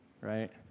right